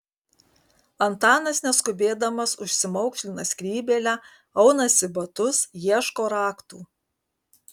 antanas neskubėdamas užsimaukšlina skrybėlę aunasi batus ieško raktų